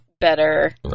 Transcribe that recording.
better